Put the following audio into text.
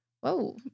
whoa